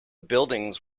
buildings